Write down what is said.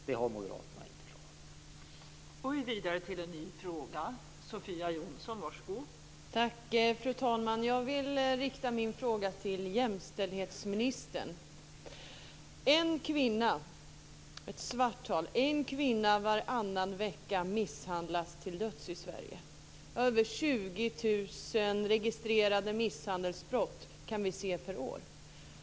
Det har moderaterna inte klarat.